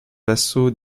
vassaux